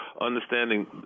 understanding